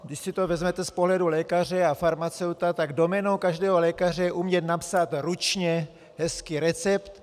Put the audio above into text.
Když si to vezmete z pohledu lékaře a farmaceuta, tak doménou každého lékaře je umět napsat ručně hezky recept.